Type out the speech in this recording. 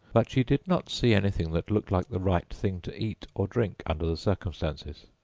but she did not see anything that looked like the right thing to eat or drink under the circumstances.